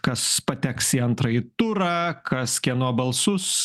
kas pateks į antrąjį turą kas kieno balsus